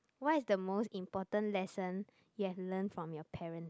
what is the most important lesson you've learnt from your parents